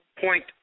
point